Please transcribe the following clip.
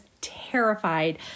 terrified